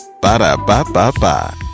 Ba-da-ba-ba-ba